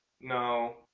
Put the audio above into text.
No